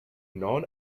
non